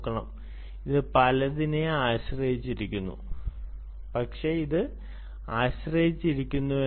"ഇത് പലതിനെയും ആശ്രയിച്ചിരിക്കുന്നു"